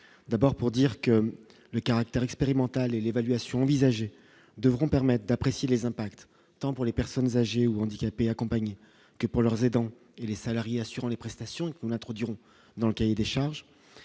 d'abord pour dire que le caractère expérimental et l'évaluation devront permettent d'apprécier les impacts, tant pour les personnes âgées ou handicapées accompagne que pour leurs étangs et les salariés assurant les prestations qu'on a trop duré, dans le cahier des charges,